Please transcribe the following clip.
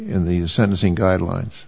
in the sentencing guidelines